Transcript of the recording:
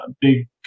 big